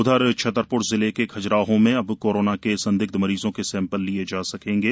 उधर छतरपुर जिले के खज्राहो में अब कोरोना के संदिग्ध मरीजों के सैंपल लिए जा सकेंगे